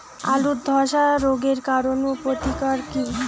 আলুর ধসা রোগের কারণ ও প্রতিকার কি?